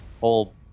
whole